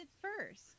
first